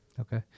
Okay